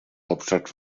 hauptstadt